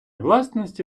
власності